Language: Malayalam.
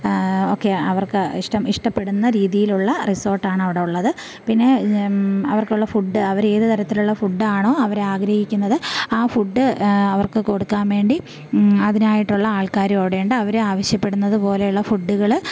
ഒക്കെ അവർക്ക് ഇഷ്ടം ഇഷ്ടപ്പെടുന്ന രീതിയിലുള്ള റിസോർട്ടാണ് അവിടുള്ളത് പിന്നെ അവർക്കുള്ള ഫുഡ് അവരേത് തരത്തിലുള്ള ഫുഡാണോ അവരാഗ്രഹിക്കുന്നത് ആ ഫുഡ് അവർക്ക് കൊടുക്കാൻ വേണ്ടി അതിനായിട്ടുള്ള ആൾക്കാരും അവിടെയുണ്ട് അവർ ആവശ്യപ്പെടുന്നത് പോലെയുള്ള ഫുഡ്കൾ